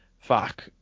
Fuck